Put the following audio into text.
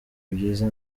byiza